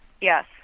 yes